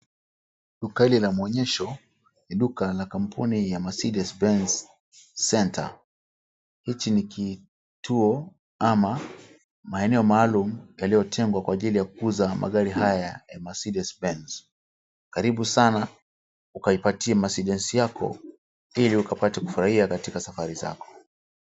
Duka hili la maonyesho ni duka la kampuni ya Mercedes Benz Centre. Hichi ni kituo ama maeneo maalum yaliyotengwa kwa ajili ya kuuza magari haya ya Mercedes Benz. Karibu sana ukaipatie Mercedes yako ili ukapate kufurahia katika safari zako.